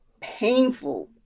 painful